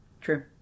True